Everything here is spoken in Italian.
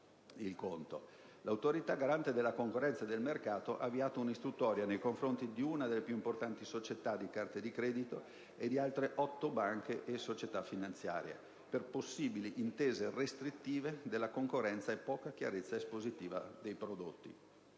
L'Autorità garante della concorrenza e del mercato ha avviato un'istruttoria nei confronti di una delle più importanti società di carte di credito e di altre otto banche e società finanziarie, per possibili intese restrittive della concorrenza e poca chiarezza espositiva dei prodotti.